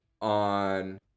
on